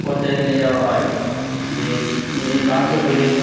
পর্যায়ে নিয়ে যাওয়া হয় যে মেয়ে বাধ্য হয়ে